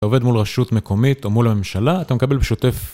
אתה עובד מול רשות מקומית או מול הממשלה, אתה מקבל בשוטף.